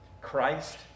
Christ